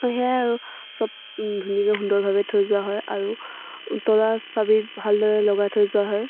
সেয়াই আৰু সব ধুনীয়াকৈ সুন্দৰভাৱে থৈ যোৱা হয় আৰু তলা চাবি ভালদৰে লগাই থৈ যোৱা হয়